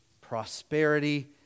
prosperity